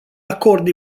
acord